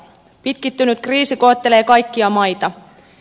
pitkittynyt kriisi koettelee kaikkia maita